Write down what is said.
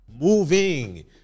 moving